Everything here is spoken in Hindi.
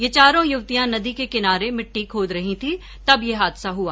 ये चारों युवतियां नदी के किनारे मिट्टी खोद रही थीं तब ये हादसा हआ